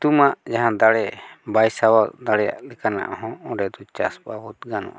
ᱥᱤᱛᱩᱝᱟᱜ ᱡᱟᱦᱟᱸ ᱫᱟᱲᱮ ᱵᱟᱭ ᱥᱟᱦᱟᱣ ᱫᱟᱲᱮᱭᱟᱜ ᱞᱮᱠᱟᱱ ᱦᱚᱸ ᱚᱸᱰᱮ ᱫᱚ ᱪᱟᱥ ᱵᱟᱵᱚᱛ ᱜᱟᱱᱚᱜᱼᱟ